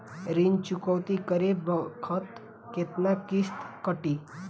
ऋण चुकौती करे बखत केतना किस्त कटी?